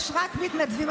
יש רק מתנדבים.